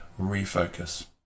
refocus